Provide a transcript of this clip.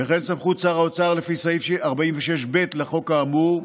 וכן סמכות שר האוצר לפי סעיף 46(ב) לחוק האמור,